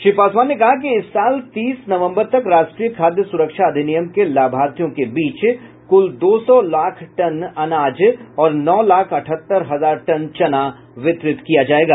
श्री पासवान ने कहा कि इस साल तीस नवंबर तक राष्ट्रीय खाद्य सुरक्षा अधिनियम के लाभार्थियों के बीच कुल दो सौ लाख टन अनाज और नौ लाख अठहत्तर हजार टन चना वितरित किया जाएगा